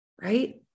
Right